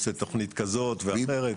עושה תוכנית כזאת ואחרת.